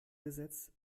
gesetz